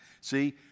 See